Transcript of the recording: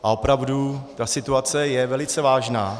A opravdu ta situace je velice vážná.